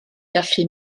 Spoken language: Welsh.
gallu